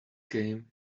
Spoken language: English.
came